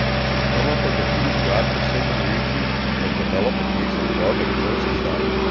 should come up into these god-forsaken regions and develop a case of love at first sight?